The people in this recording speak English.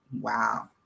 Wow